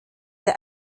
der